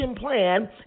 plan